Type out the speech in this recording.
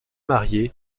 marié